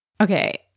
Okay